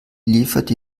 liefert